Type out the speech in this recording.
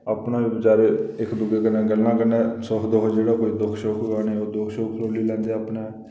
अपना बेचारे गल्लां कन्नै इक्क दूऐ गी सुख दुक्ख होऐ जेह्ड़ा उ'नेंगी दुक्ख फरौली लैंदे अपना